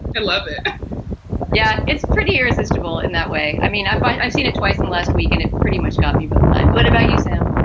i love it yeah, it's pretty irresistible in that way. i mean, i find i've seen it twice and last week and it pretty much got me both times. what about you, sam?